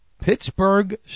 Pittsburgh